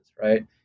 right